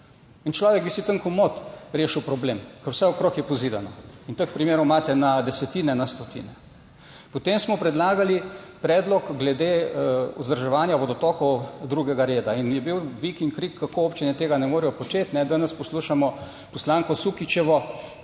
In človek bi si tam komot rešil problem, ker vse okrog je pozidano. In teh primerov imate na desetine, na stotine. Potem smo predlagali predlog glede vzdrževanja vodotokov drugega reda, in je bil vik in krik, kako občine tega ne morejo početi. Danes poslušamo poslanko Sukičevo,